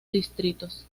distritos